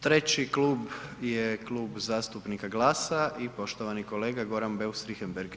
Treći klub je Klub zastupnika GLAS-a i poštovani kolega Goran Beus Richembergh.